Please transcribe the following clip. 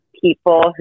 People